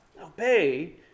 obey